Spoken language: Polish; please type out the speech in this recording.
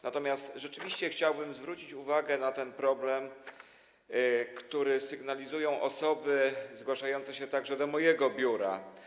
Natomiast rzeczywiście chciałbym zwrócić uwagę na problem, który sygnalizują osoby zgłaszające się także do mojego biura.